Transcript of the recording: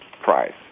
price